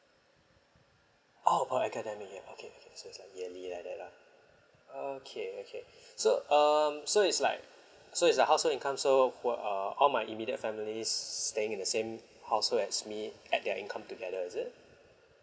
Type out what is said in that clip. oh per academic year okay okay so it's like yearly like that lah okay okay so um so it's like so it's the household income so who err all my immediate families staying in the same household as me add their income together is it